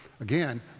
again